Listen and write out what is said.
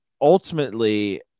ultimately